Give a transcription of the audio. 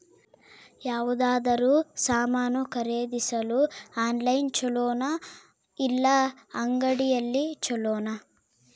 ಯಾವುದಾದರೂ ಸಾಮಾನು ಖರೇದಿಸಲು ಆನ್ಲೈನ್ ಛೊಲೊನಾ ಇಲ್ಲ ಅಂಗಡಿಯಲ್ಲಿ ಛೊಲೊನಾ?